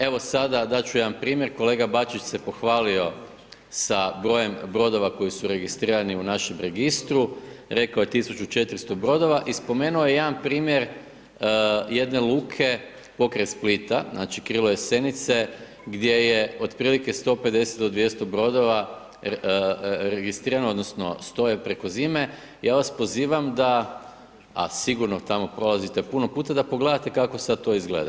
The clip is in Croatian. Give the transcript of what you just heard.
Evo, sada dati ću jedan primjer, kolega Bačić se pohvalio sa brojem brodova koji su registrirani u našem registru, rekao je 1400 brodova i spomenuo je jedan primjer, jedne luke pokraj Splita, znači Krilo Jesenice, gdje je otprilike 150-200 brodova registrirano, odnosno, 100 je preko zime, ja vas pozivam da, a sigurno tamo prolazite puno puta, da pogledate kako to sada izgleda.